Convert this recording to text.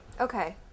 Okay